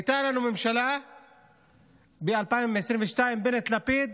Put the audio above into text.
הייתה לנו ממשלה ב-2022, בנט-לפיד,